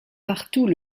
partout